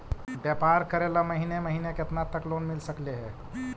व्यापार करेल महिने महिने केतना तक लोन मिल सकले हे?